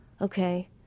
okay